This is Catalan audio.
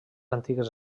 antigues